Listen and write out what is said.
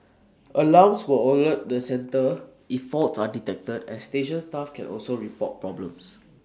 alarms will alert the centre if faults are detected and station staff can also report problems